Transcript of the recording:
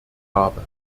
habe